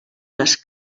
les